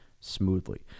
smoothly